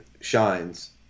shines